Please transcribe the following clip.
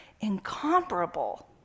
incomparable